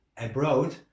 abroad